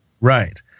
Right